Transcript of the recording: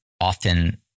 often